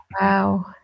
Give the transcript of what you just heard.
Wow